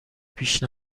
پیش